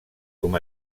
com